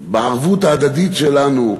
בערבות ההדדית שלנו,